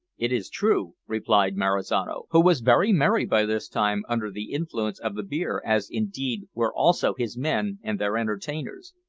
it is true, replied marizano, who was very merry by this time under the influence of the beer, as, indeed, were also his men and their entertainers.